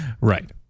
Right